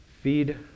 Feed